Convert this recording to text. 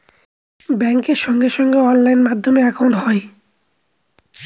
ব্যাঙ্কের সঙ্গে সঙ্গে অনলাইন মাধ্যমে একাউন্ট হয়